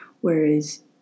whereas